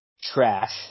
trash